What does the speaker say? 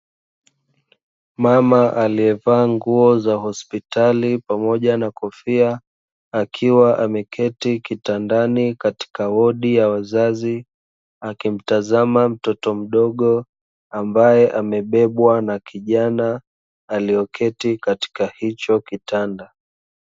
Mama aliyevaa nguo za hospitali pamoja na kofia akiwa ameketi kitandani katika wodi ya wazazi, akimtazama mtoto mdogo ambaye amebebwa na kijana aliyeketi katika hicho kitanda.